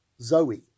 zoe